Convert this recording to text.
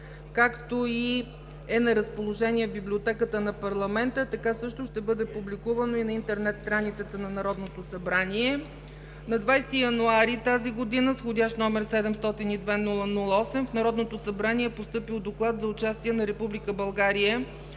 както и е на разположение в Библиотеката на парламента. Също така ще бъде публикувано и на интернет страницата на Народното събрание. На 20 януари тази година с вх. № 702-00-8 в Народното събрание е постъпил Доклад за участие на Република